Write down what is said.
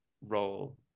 role